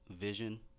vision